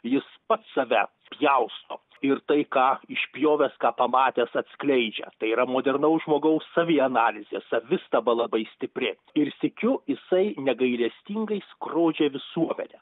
jis pats save pjausto ir tai ką išpjovęs ką pamatęs atskleidžia tai yra modernaus žmogaus savianalizė savistaba labai stipri ir sykiu jisai negailestingai skrodžia visuomenę